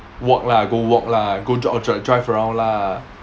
walk lah go walk lah go jog dri~ drive around lah